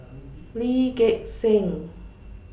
Lee Gek Seng